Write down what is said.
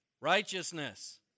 Righteousness